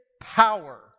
power